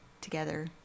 together